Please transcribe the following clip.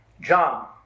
John